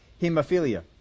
hemophilia